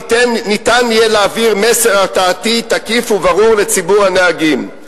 ניתן יהיה להעביר מסר הרתעתי תקיף וברור לציבור הנהגים".